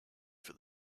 for